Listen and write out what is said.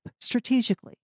strategically